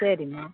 சரிம்மா